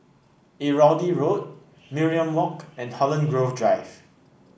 Irrawaddy Road Mariam Walk and Holland Grove Drive